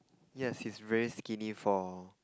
yes he's very skinny for